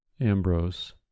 ambrose